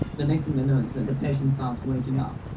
the next thing they know is the the patient starts waking up.